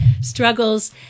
struggles